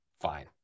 fine